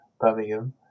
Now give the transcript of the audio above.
Birmingham